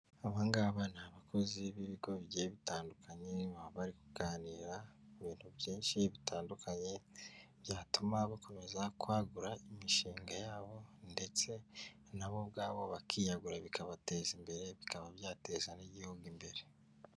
Aba ngaba ni abakozi b'ibigo bigiye bitandukanye, baba bari kuganira ku bintu byinshi bitandukanye, byatuma bakomeza kwagura imishinga yabo ndetse na bo ubwabo bakiyagura bikabateza imbere, bikaba byateza n'igihugu imbere.